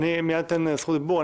מייד אתן את זכות הדיבור.